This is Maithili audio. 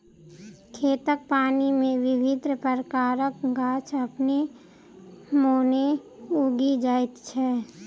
खेतक पानि मे विभिन्न प्रकारक गाछ अपने मोने उगि जाइत छै